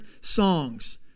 songs